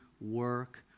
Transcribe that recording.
work